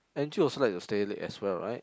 Angie also like to stay late as well right